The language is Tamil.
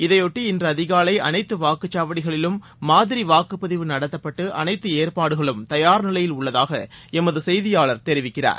இதையொட்டி இன்றுஅதிகாலைஅனைத்துவாக்குச்சாவடிகளிலும் மாதிரிவாக்குப்பதிவு நடத்தப்பட்டு அனைத்துஏற்பாடுகளும் தயார் நிலையில் உள்ளதாகளமதுசெய்தியாளர் தெரிவிக்கிறார்